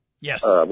Yes